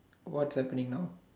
what's happening now